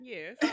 Yes